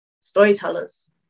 storytellers